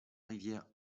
rivière